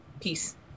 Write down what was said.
peace